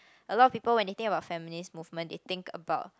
a lot of people when they think about feminist movement they think about